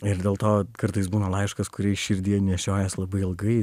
ir dėl to kartais būna laiškas kurį širdyje nešiojies labai ilgai